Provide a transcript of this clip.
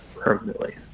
permanently